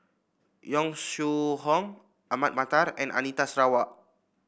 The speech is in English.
Yong Shu Hoong Ahmad Mattar and Anita Sarawak